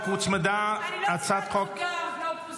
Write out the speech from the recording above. וקדימה כמי שללא ספק יוביל יחד עם